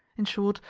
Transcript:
in short,